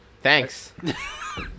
Thanks